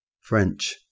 French